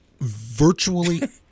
Virtually